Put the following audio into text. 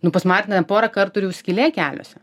nu pas martiną ten porą kartų ir jau skylė keliuose